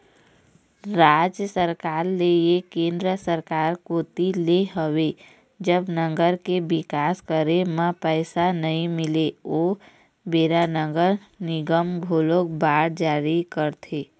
राज सरकार ले या केंद्र सरकार कोती ले होवय जब नगर के बिकास करे म पइसा नइ मिलय ओ बेरा नगर निगम घलोक बांड जारी करथे